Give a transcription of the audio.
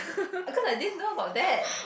cause I didn't know about that